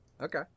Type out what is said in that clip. Okay